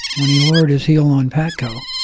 when he lowered his heel on patco,